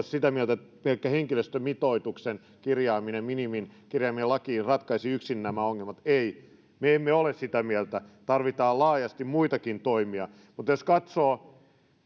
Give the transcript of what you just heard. sitä mieltä että pelkkä henkilöstömitoituksen minimin kirjaaminen lakiin ratkaisisi yksin nämä ongelmat ei me emme ole sitä mieltä tarvitaan laajasti muitakin toimia mutta jos katsoo